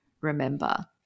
remember